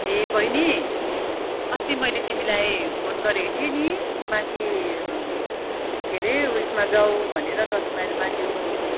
ए बैनी अस्ति मैले तिमीलाई फोन गरेको थिएँ नि माथि के अरे उयसमा जाउँ भनेर दस माइलमा त्यो